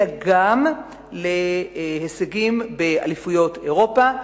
אלא גם להישגים באליפויות אירופה,